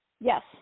Yes